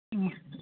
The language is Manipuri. ꯎꯝ